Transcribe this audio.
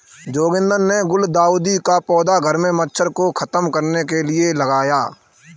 जोगिंदर ने गुलदाउदी का पौधा घर से मच्छरों को खत्म करने के लिए लगाया